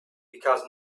because